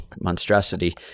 monstrosity